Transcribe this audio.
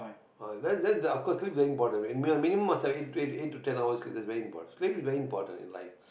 uh then then of course sleep is very important minimal must have eight to ten eight to ten hours that is very important sleep is very important in life